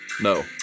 No